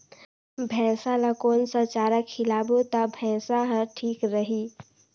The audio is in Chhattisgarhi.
भैसा ला कोन सा चारा खिलाबो ता भैंसा हर ठीक रही?